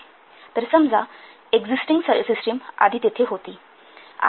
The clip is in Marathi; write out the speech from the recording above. तर समजा एक्झिस्टिंग सिस्टिम हे आधी तेथे होती